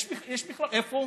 איפה?